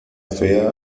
fea